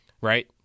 Right